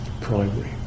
primary